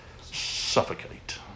suffocate